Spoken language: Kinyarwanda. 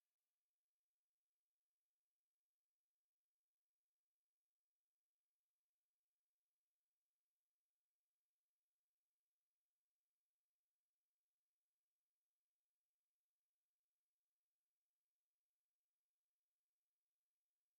Akenshi usanga amasomero aboneka mu bigo by'amashuri ariko si aho gusa kuko no hanze y'amashuri uhasanga amasomero yifashishwa n'abashaka gusoma cyangwa kwiyungura ubumenyi.